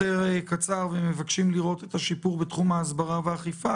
קצר ומבקשים לראות את השיפור בתחום ההסברה והאכיפה.